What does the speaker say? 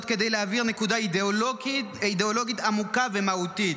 כדי להבהיר נקודה אידיאולוגית עמוקה ומהותית: